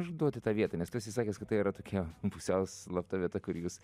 išduoti tą vietą nes tu esi sakęs kad tai yra tokia pusiau slapta vieta kur jūs